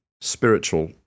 spiritual